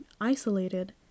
isolated